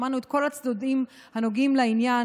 שמענו את כל הצדדים הנוגעים לעניין